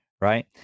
right